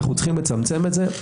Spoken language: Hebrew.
אנו צריכים לצמצם את זה,